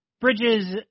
Bridges